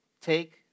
Take